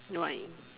no I